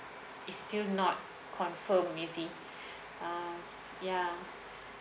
it's still not confirmed you see uh ya